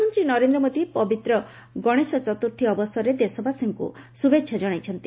ପ୍ରଧାନମନ୍ତ୍ରୀ ନରେନ୍ଦ୍ର ମୋଦୀ ପବିତ୍ର ଗଶେଶ ଚତୁର୍ଥୀ ଅବସରରେ ଦେଶବାସୀଙ୍କୁ ଶୁଭେଚ୍ଛା ଜଣାଇଚ୍ଚନ୍ତି